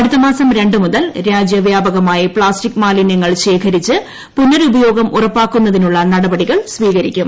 അടുത്ത മാസം രണ്ട് മുതൽ രാജ്യവ്യാപകമായി പ്ലാസ്റ്റിക് മാലിനൃങ്ങൾ ശേഖരിച്ച് പുനരുപയോഗം ഉറപ്പാക്കുന്നതിനുള്ള നടപടികൾ സ്പീകരിക്കും